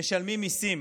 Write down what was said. משלמים מיסים,